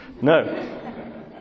No